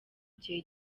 gihe